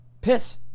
Piss